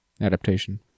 adaptation